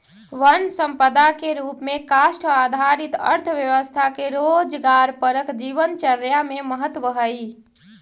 वन सम्पदा के रूप में काष्ठ आधारित अर्थव्यवस्था के रोजगारपरक जीवनचर्या में महत्त्व हइ